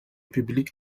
publique